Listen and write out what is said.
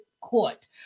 court